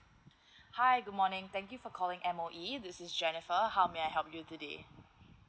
hi good morning thank you for calling M_O_E this is jennifer how may I help you today